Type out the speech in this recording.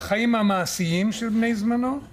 חיים המעשיים של בני זמנו,